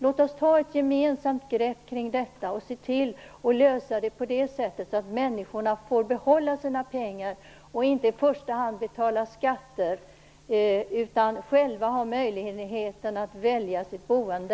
Låt oss ta ett gemensamt grepp kring detta och se till att lösa det på det sättet, så att människorna får behålla sina pengar och inte i första hand betala skatter utan själva ha möjlighet att välja sitt boende.